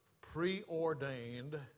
preordained